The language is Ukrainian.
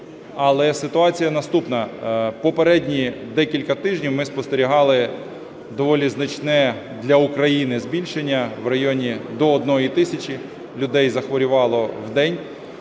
Але ситуація наступна. Попередні декілька тижнів ми спостерігали доволі значне для України збільшення в районі до 1 тисячі людей захворювало в день.